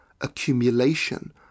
accumulation